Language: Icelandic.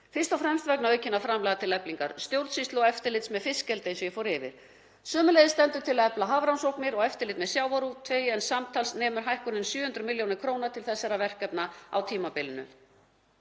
fyrst og fremst vegna aukinna framlaga til eflingar stjórnsýslu og eftirlits með fiskeldi eins og ég fór yfir. Sömuleiðis stendur til að efla hafrannsóknir og eftirlit með sjávarútvegi en samtals nemur hækkunin 700 millj. kr. til þessara verkefna á tímabilinu.